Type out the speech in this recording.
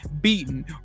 beaten